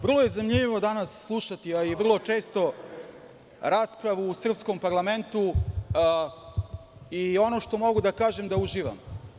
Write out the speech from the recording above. Vrlo je zanimljivo danas slušati, a i vrlo često, raspravu u srpskom Parlamentu i ono što mogu da kažem da uživam.